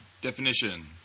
Definition